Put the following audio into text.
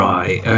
Right